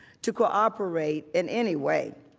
to cooperate in any way.